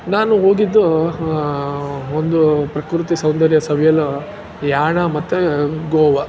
ನಾನು ಹೋಗಿದ್ದು ಒಂದು ಪ್ರಕೃತಿ ಸೌಂದರ್ಯ ಸವಿಯಲು ಯಾಣ ಮತ್ತು ಗೋವಾ